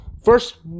first